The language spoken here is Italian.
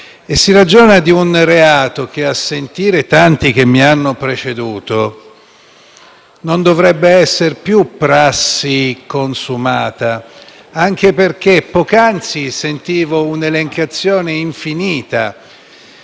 Si ragiona di un reato che, a sentire tanti che mi hanno preceduto, non dovrebbe essere più prassi consumata, anche perché poc'anzi sentivo un'elencazione infinita